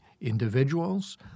individuals